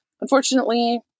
unfortunately